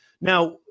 now